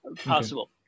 Possible